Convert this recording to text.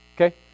Okay